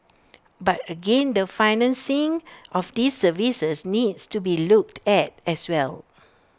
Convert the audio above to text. but again the financing of these services needs to be looked at as well